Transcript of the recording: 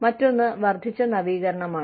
മറ്റൊന്ന് വർധിച്ച നവീകരണമാണ്